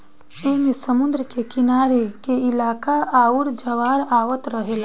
ऐमे समुद्र के किनारे के इलाका आउर ज्वार आवत रहेला